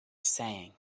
saying